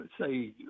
say